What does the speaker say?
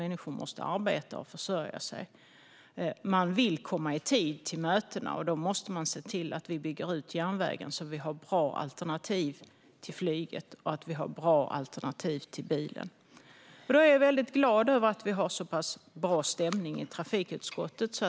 Människor måste arbeta och försörja sig och vill komma i tid till mötena. Därför måste vi se till att bygga ut järnvägen, så att det finns bra alternativ till flyget och bilen. Jag är väldigt glad över att vi har så pass bra stämning i trafikutskottet.